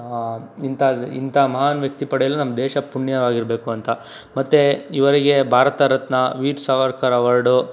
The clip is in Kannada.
ಇಂಥ ಇಂಥ ಮಹಾನ್ ವ್ಯಕ್ತಿ ಪಡೆಯಲು ನಮ್ಮ ದೇಶ ಪುಣ್ಯವಾಗಿರಬೇಕು ಅಂತ ಮತ್ತು ಇವರಿಗೆ ಭಾರತರತ್ನ ವೀರ ಸಾವರ್ಕರ್ ಅವಾರ್ಡು